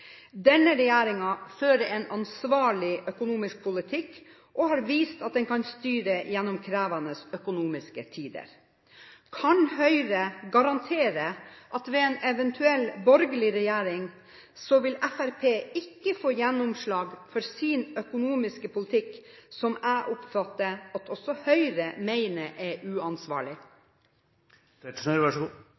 Denne regjeringen fører en ansvarlig økonomisk politikk og har vist at den kan styre gjennom krevende økonomiske tider. Kan Høyre garantere at ved en eventuell borgerlig regjering vil Fremskrittspartiet ikke få gjennomslag for sin økonomiske politikk, som jeg oppfatter at også Høyre mener er uansvarlig? Det er jo interessant å få spørsmål om et så